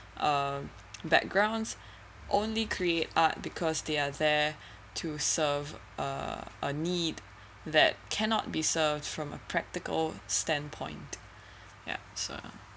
uh backgrounds only create art because they are there to serve a a need that cannot be served from a practical standpoint yeah so